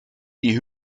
die